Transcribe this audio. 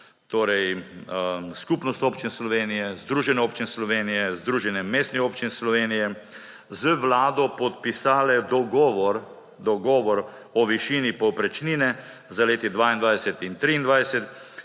torej Skupnost občin Slovenije, Združenje občin Slovenije, Združenje mestnih občin Slovenije, z Vlado podpisale dogovor o višini povprečnine za leti 2022 in 2023,